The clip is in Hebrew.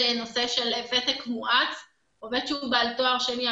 נושא של ותק מואץ כאשר עובד שהוא בעל תואר שני,